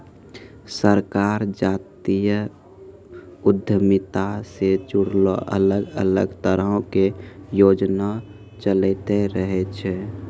सरकार जातीय उद्यमिता से जुड़लो अलग अलग तरहो के योजना चलैंते रहै छै